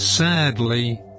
Sadly